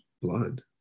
blood